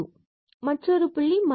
எனவே இங்கு மற்றொரு புள்ளி 1 2 உள்ளது